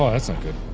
ah that's not good